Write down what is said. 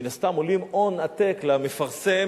שמן הסתם עולים הון עתק למפרסם,